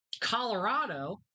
Colorado